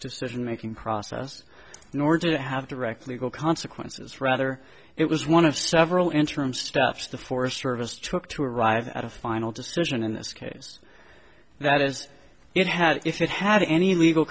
decision making process nor did it have direct legal consequences rather it was one of several interim steps the forest service took to arrive at a final decision in this case that as it had if it had any legal